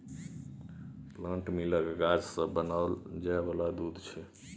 plant milk गाछ सँ बनाओल जाय वाला दूध छै